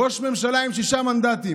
הוא ראש ממשלה עם שישה מנדטים.